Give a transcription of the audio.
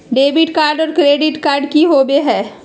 Debit card और credit card की होवे हय?